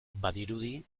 badirudi